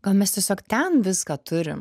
gal mes tiesiog ten viską turim